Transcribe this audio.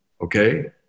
Okay